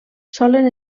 solen